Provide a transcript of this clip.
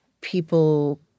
people